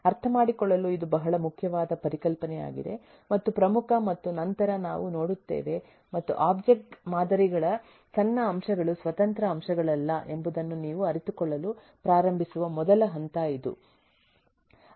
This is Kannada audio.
ಅರ್ಥಮಾಡಿಕೊಳ್ಳಲುಇದು ಬಹಳ ಮುಖ್ಯವಾದ ಪರಿಕಲ್ಪನೆಯಾಗಿದೆ ಮತ್ತು ಪ್ರಮುಖ ಮತ್ತು ನಂತರ ನಾವು ನೋಡುತ್ತೇವೆ ಮತ್ತು ಒಬ್ಜೆಕ್ಟ್ ಮಾದರಿಗಳ ಸಣ್ಣ ಅಂಶಗಳು ಸ್ವತಂತ್ರ ಅಂಶಗಳಲ್ಲ ಎಂಬುದನ್ನು ನೀವು ಅರಿತುಕೊಳ್ಳಲು ಪ್ರಾರಂಭಿಸುವ ಮೊದಲ ಹಂತ ಇದು